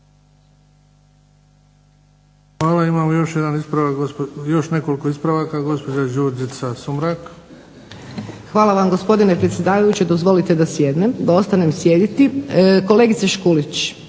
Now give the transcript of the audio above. Hvala vam gospodine predsjedavajući, dozvolite da ostanem sjediti. Kolegice Škulić